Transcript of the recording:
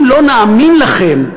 אם לא נאמין לכם,